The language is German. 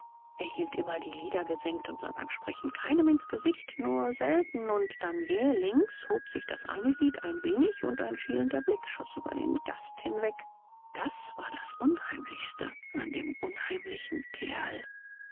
hielt immer die lider gesenkt und sah beim sprechen keinem ins gesicht nur selten und dann jählings hob sich das eine lid ein wenig und ein schielender blick schoß über den gast hinweg das war das unheimlichste an dem unheimlichen kerl